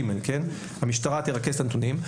"המשטרה תרכז את הנתונים".